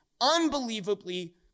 unbelievably